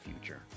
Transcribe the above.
future